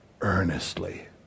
earnestly